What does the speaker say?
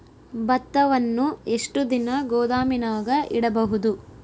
ಭತ್ತವನ್ನು ಎಷ್ಟು ದಿನ ಗೋದಾಮಿನಾಗ ಇಡಬಹುದು?